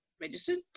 registered